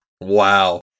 Wow